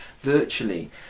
virtually